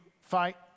fight